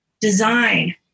design